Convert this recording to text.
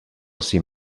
cim